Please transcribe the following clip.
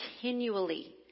continually